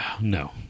No